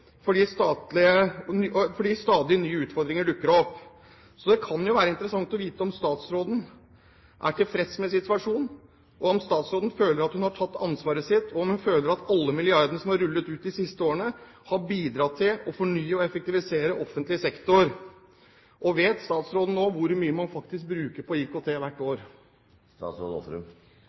fordi stadige nye utfordringer dukker opp. Så det kan jo være interessant å vite om statsråden er tilfreds med situasjonen, og om statsråden føler at hun har tatt ansvaret sitt. Føler statsråden at alle milliardene som har rullet ut de siste årene, har bidratt til å fornye og effektivisere offentlig sektor? Vet statsråden nå hvor mye man faktisk bruker på IKT hvert år?